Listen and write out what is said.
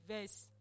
verse